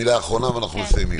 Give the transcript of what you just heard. מילה אחרונה ואנחנו מסיימים.